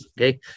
okay